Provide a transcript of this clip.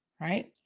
right